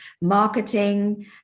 marketing